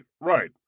right